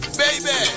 baby